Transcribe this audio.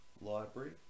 library